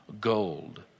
gold